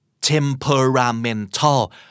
Temperamental